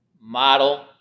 model